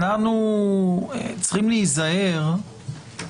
אנו צריכים להיזהר,